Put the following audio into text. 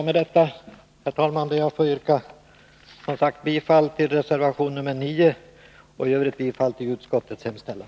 Med detta, herr talman, ber jag att få yrka bifall till reservation nr 9 och i Övrigt till utskottets hemställan.